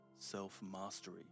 self-mastery